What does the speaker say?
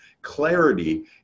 Clarity